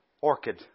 orchid